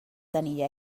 tenir